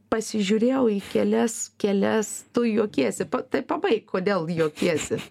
pasižiūrėjau į kelias kelias tu juokiesi pa tai pabaik kodėl juokiesi